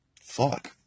fuck